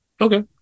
Okay